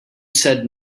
said